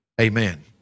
amen